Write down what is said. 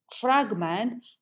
fragment